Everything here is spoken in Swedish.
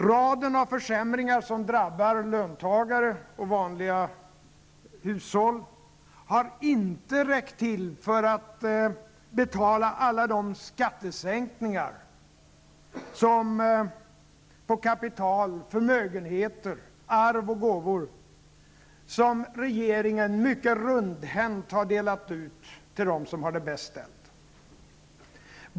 Raden av försämringar, som drabbar löntagare och vanliga hushåll, har inte räckt till för att betala alla de skattesänkningar på kapital, förmögenheter, arv och gåvor som regeringen mycket runthänt delat ut till dem som har det bäst ställt.